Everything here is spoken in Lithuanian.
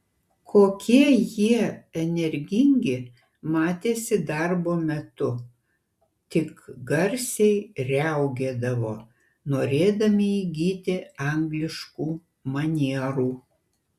kokie jie energingi matėsi darbo metu tik garsiai riaugėdavo norėdami įgyti angliškų manierų